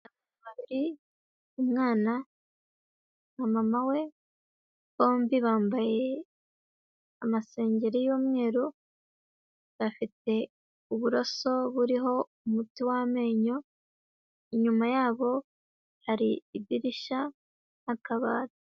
Hari umwana na mama we, bombi bambaye amasengeri y'umweru, bafite uburaso buriho umuti wamenyo, inyuma yabo hari idirishya n' akabati.